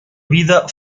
vida